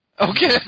Okay